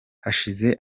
hashize